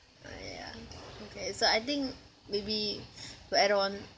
but ya okay so I think maybe to add on